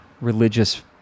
religious